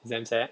it's damn sad